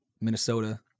Minnesota